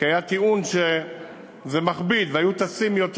כי היה טיעון שזה מכביד והיו טסים יותר